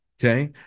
okay